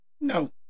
No